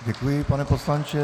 Děkuji, pane poslanče.